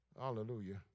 hallelujah